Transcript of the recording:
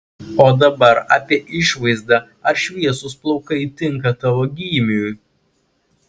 o dabar apie išvaizdą ar šviesūs plaukai tinka tavo gymiui